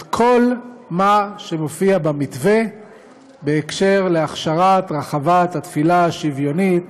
את כל מה שמופיע במתווה בהקשר של הכשרת רחבת התפילה השוויונית